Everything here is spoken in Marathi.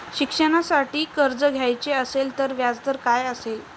शिक्षणासाठी कर्ज घ्यायचे असेल तर व्याजदर काय असेल?